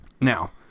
Now